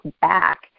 back